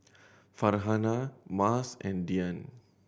Farhanah Mas and Dian